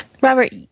Robert